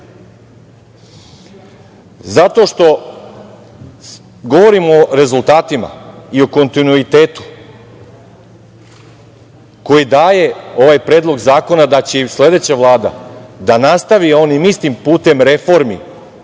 što govorimo o rezultatima i o kontinuitetu koji daje ovaj predlog zakona da će i sledeća vlada da nastavi onim istim putem reformi